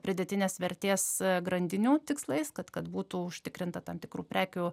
pridėtinės vertės grandinių tikslais kad kad būtų užtikrinta tam tikrų prekių